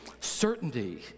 certainty